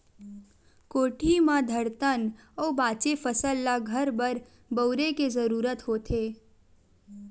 कोठी म धरथन अउ बाचे फसल ल घर बर बउरे के जरूरत होथे